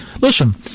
Listen